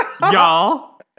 y'all